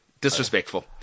Disrespectful